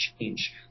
change